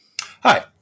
Hi